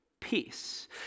peace